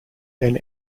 then